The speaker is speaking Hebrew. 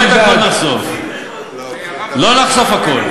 לא את הכול נחשוף, לא נחשוף הכול.